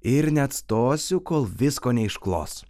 ir neatstosiu kol visko neišklos